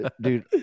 dude